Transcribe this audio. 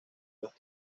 los